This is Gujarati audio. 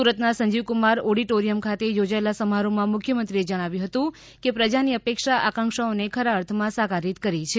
સૂરતના સંજીવકુમાર ઓડીટોરીયમ ખાતે યોજાયેલા સમારોહમાં મુખ્યમંત્રીએ જણાવ્યું હતું કે પ્રજાની અપેક્ષા આકાંક્ષાઓને ખરા અર્થમાં સાકારિત કરી છે